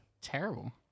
terrible